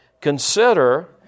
consider